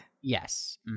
yes